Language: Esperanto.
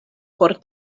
por